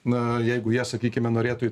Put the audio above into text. na jeigu jie sakykime norėtų